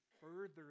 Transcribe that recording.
further